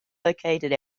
located